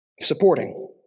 supporting